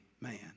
man